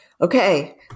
Okay